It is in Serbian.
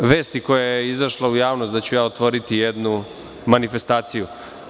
Što se tiče vesti koja je izašla u javnost da ću otvoriti jednu manifestaciju.